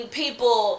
people